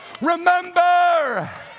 Remember